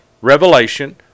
revelation